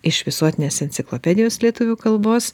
iš visuotinės enciklopedijos lietuvių kalbos